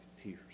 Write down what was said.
Tears